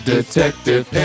Detective